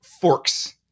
forks